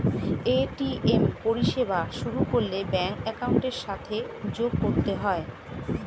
ATM পরিষেবা শুরু করলে ব্যাঙ্ক অ্যাকাউন্টের সাথে যোগ করতে হয়